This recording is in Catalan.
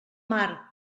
mar